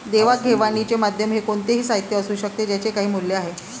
देवाणघेवाणीचे माध्यम हे कोणतेही साहित्य असू शकते ज्याचे काही मूल्य आहे